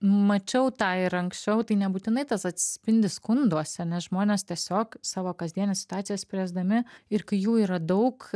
mačiau tą ir anksčiau tai nebūtinai tas atsispindi skunduose nes žmonės tiesiog savo kasdienes situacijas spręsdami ir kai jų yra daug